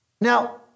Now